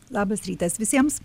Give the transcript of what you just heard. labas rytas visiems